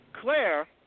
Claire